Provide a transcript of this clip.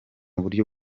uburyo